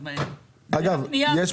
כן.